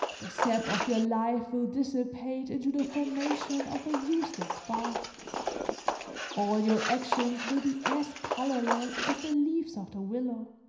the sap of your life will dissipate into the formation of a useless bark all your actions will be as colorless as the leaves of the willow